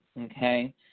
okay